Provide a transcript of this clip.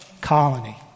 colony